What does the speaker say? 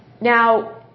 Now